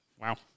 Wow